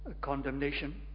condemnation